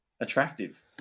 attractive